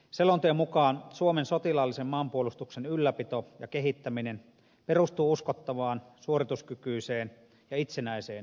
selonteon mukaan suomen sotilaallisen maanpuolustuksen ylläpito ja kehittäminen perustuu uskottavaan suorituskykyiseen ja itsenäiseen puolustusjärjestelmään